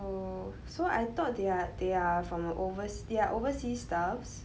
oh so I thought they are they are from the over~ they are overseas staffs